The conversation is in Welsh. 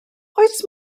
oes